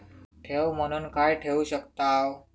ठेव म्हणून काय ठेवू शकताव?